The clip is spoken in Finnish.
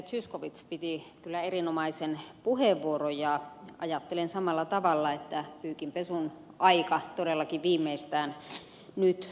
zyskowicz piti kyllä erinomaisen puheenvuoron ja ajattelen samalla tavalla että pyykinpesun aika todellakin viimeistään nyt olisi